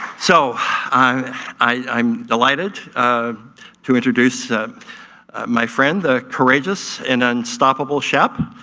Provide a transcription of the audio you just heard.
so i'm delighted um to introduce my friend, the courageous and unstoppable, shep,